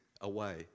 away